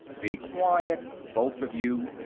be quiet, both of you!